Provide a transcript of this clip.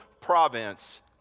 province